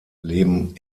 leben